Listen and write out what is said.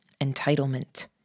entitlement